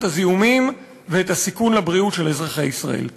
הזיהומים ואת הסיכון לבריאות של אזרחי ישראל.